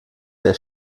der